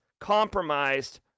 compromised